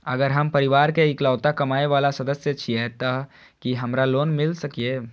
अगर हम परिवार के इकलौता कमाय वाला सदस्य छियै त की हमरा लोन मिल सकीए?